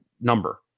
number